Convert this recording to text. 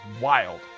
wild